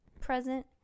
present